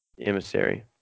Emissary